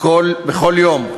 בכל יום.